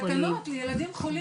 תקנות לילדים חולים.